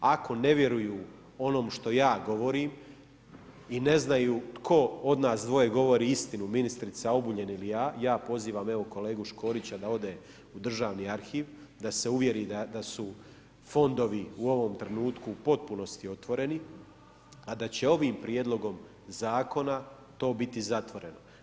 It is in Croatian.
Ako ne vjeruju onom što ja govorim i ne znaju tko od nas dvoje govori istinu, ministrica Obuljen ili ja, ja pozivam evo kolegu Škorića da ode u državni arhiv da se uvjeri da su fondovi u ovom trenutku u potpunosti otvoreni, a da će ovim prijedlogom Zakona to biti zatvoreno.